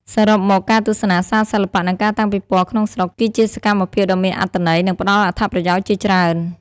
សរុបមក ការទស្សនាសាលសិល្បៈ និងការតាំងពិពណ៌ក្នុងស្រុក គឺជាសកម្មភាពដ៏មានអត្ថន័យ និងផ្តល់អត្ថប្រយោជន៍ជាច្រើន។